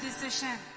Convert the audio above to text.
decision